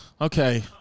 Okay